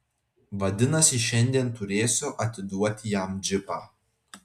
vadinasi šiandien turėsiu atiduoti jam džipą